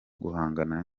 guhangana